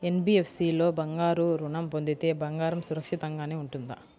NBFC లో బంగారు ఋణం పొందితే బంగారం సురక్షితంగానే ఉంటుందా?